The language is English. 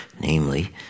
namely